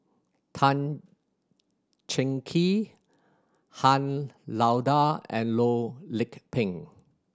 Tan Cheng Kee Han Lao Da and Loh Lik Peng